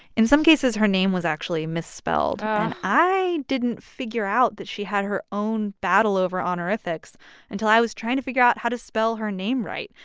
in some cases her name was actually misspelled and i didn't figure out that she had her own battle over honorifics until i was trying to figure out how to spell her name right.